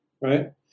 right